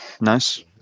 nice